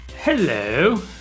Hello